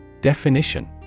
Definition